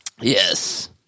Yes